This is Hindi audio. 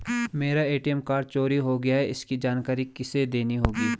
मेरा ए.टी.एम कार्ड चोरी हो गया है इसकी जानकारी किसे देनी होगी?